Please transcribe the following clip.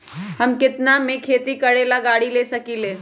हम केतना में खेती करेला गाड़ी ले सकींले?